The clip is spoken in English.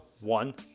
one